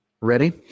ready